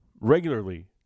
regularly